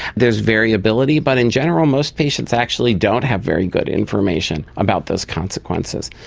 there is variability but in general most patients actually don't have very good information about those consequences.